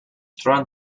troben